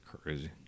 crazy